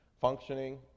functioning